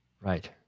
Right